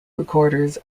recorders